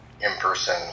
in-person